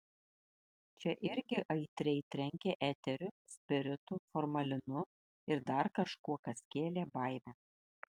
čia irgi aitriai trenkė eteriu spiritu formalinu ir dar kažkuo kas kėlė baimę